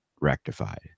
rectified